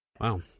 wow